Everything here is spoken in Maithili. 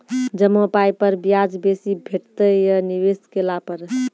जमा पाय पर ब्याज बेसी भेटतै या निवेश केला पर?